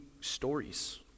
stories